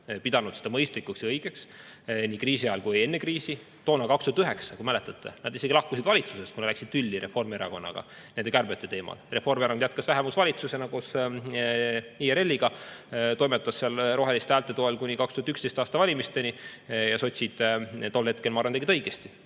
pidanud seda mõistlikuks ja õigeks, nii kriisi ajal kui ka enne kriisi. Toona, 2009, kui mäletate, nad isegi lahkusid valitsusest, kuna läksid tülli Reformierakonnaga nende kärbete teemal. Reformierakond jätkas vähemusvalitsusena koos IRL‑iga, toimetas seal roheliste häälte toel kuni 2011. aasta valimisteni. Sotsid tol hetkel, ma arvan, tegid õigesti,